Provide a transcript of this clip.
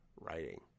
Writing